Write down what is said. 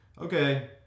Okay